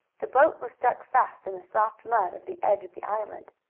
the boat was stuck fast in the soft mud of the edge of the island.